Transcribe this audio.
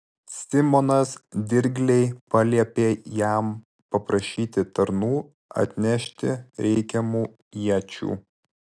simonas dirgliai paliepė jam paprašyti tarnų atnešti reikiamų iečių